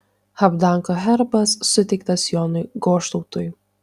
habdanko herbas suteiktas jonui goštautui